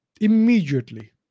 immediately